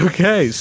Okay